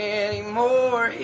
anymore